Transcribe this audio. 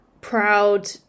proud